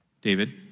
David